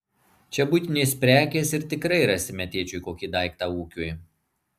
čia buitinės prekės ir tikrai rasime tėčiui kokį daiktą ūkiui